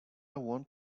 want